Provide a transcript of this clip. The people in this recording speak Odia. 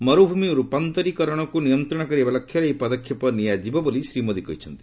ମରୁଭୂମି ରୂପାନ୍ତରିକରଣକୁ ନିୟନ୍ତ୍ରଣ କରିବା ଲକ୍ଷ୍ୟରେ ଏହି ପଦକ୍ଷେପ ନିଆଯିବ ବୋଲି ଶ୍ରୀ ମୋଦୀ କହିଛନ୍ତି